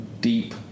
deep